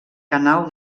canal